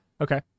Okay